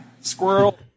Squirrel